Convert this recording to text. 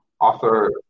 author